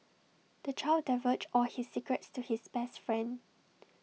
the child divulged all his secrets to his best friend